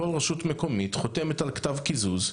כל רשות מקומית חותמת על כתב קיזוז,